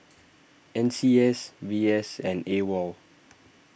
N C S V S and Awol